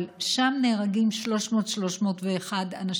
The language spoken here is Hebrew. אבל שם נהרגים כ-300 אנשים,